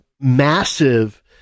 massive